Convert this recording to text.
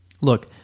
Look